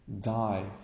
die